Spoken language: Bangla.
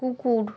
কুকুর